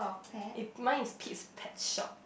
eh mine is Pete's Pet Shop